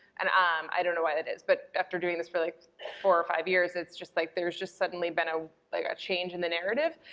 and um i don't know why that is, but after doing this for like four or five years it's just like, there's just suddenly been ah like a change in the narrative,